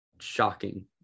shocking